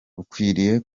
ukwiriye